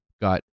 got